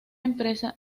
empresa